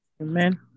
Amen